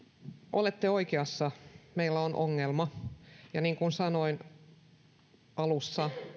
olette oikeassa meillä on ongelma ja niin kuin sanoin alussa